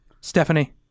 Stephanie